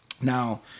Now